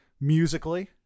musically